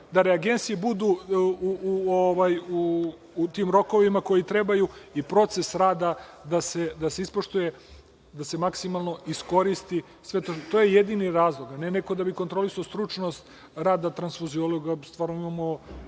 da reagensi budu u tim rokovima koji trebaju i proces rada da se ispoštuje, da se maksimalno iskoristi. To je jedini razlog, a ne da bi neko kontrolisao stručnost rada transfuziologa. Mi stvarno imamo